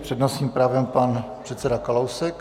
S přednostním právem pan předseda Kalousek.